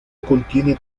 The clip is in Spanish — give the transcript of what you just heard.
contiene